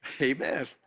amen